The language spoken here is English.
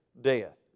death